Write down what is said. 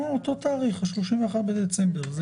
אותו תאריך, ה-31 בדצמבר.